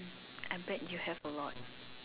I bet you have a lot